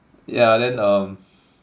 yeah then um